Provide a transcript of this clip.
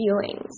feelings